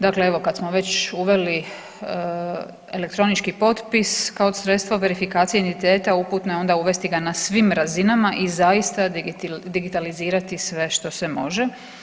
Dakle, evo kad smo već uveli elektronički potpis kao sredstva verifikacije identiteta uputno je onda uvesti ga na svim razinama i zaista digitalizirati sve što se može.